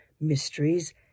mysteries